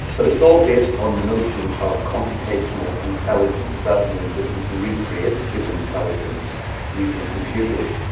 but it's all based on the notion of computational intelligence. that means that you can recreate a human intelligence using computers,